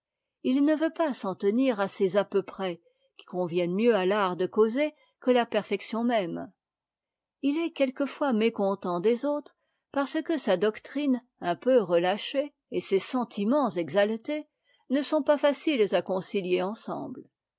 il ne veut pas s'en tenir à ces à peu près qui conviennent mieux à fart de causer que la perfection même il est quelquefois mécontent des autres jmrce que sa doctrine un peu retâchée et ses senii timents exaltés ne sont pas faciles à concilier ensemble